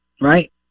right